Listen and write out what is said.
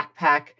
backpack